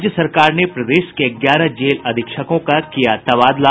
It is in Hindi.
राज्य सरकार ने प्रदेश के ग्यारह जेल अधीक्षकों का किया तबादला